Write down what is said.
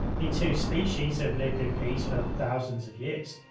the two species have lived in peace for thousands of years.